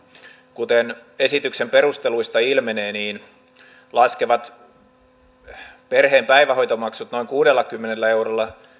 kuten esityksen perusteluista ilmenee niin perheen päivähoitomaksut laskevat noin kuudellakymmenellä eurolla